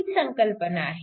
हीच संकल्पना आहे